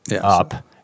up